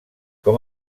com